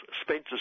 Spencer